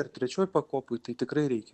ar trečioj pakopoj tai tikrai reikia